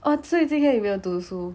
oh 对今天你有没有读书